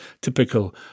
typical